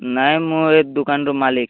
ନାଇ ମୁଁ ଏ ଦୋକାନର ମାଲିକ